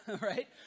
right